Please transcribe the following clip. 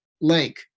lake